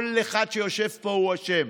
כל אחד שיושב פה הוא אשם.